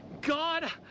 God